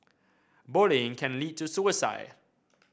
bullying can lead to suicide